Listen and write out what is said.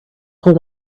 pull